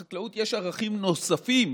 בחקלאות יש ערכים נוספים,